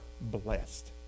blessed